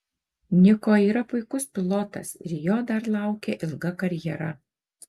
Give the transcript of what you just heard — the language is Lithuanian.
niko yra puikus pilotas ir jo dar laukia ilga karjera